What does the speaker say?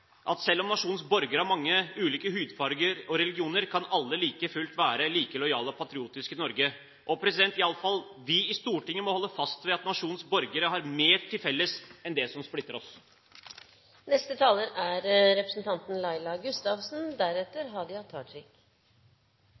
at selv om nasjonens borgere har mange ulike hudfarger og religioner, kan alle like fullt være like lojale og patriotiske i Norge. Vi i Stortinget må i alle fall holde fast ved at nasjonens borgere har mer til felles enn det som splitter